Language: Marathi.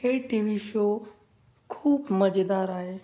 हे टी वी शो खूप मजेदार आहे